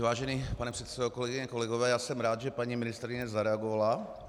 Vážený pane předsedo, kolegyně, kolegové, já jsem rád, že paní ministryně zareagovala.